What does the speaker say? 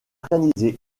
organisé